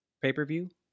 pay-per-view